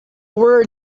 word